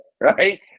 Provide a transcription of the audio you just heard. right